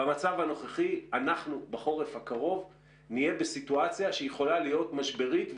במצב הנוכחי אנחנו בחורף הקרוב נהיה בסיטואציה שיכולה להיות משברית.